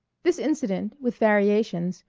this incident, with variations,